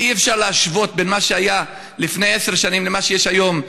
אי-אפשר להשוות בין מה שהיה לפני עשר שנים למה שיש היום,